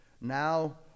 Now